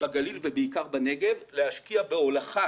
בגליל ובעיקר בנגב להשקיע בהולכה